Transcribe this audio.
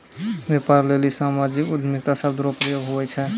व्यापार लेली सामाजिक उद्यमिता शब्द रो प्रयोग हुवै छै